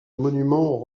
monument